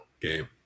game